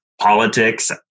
politics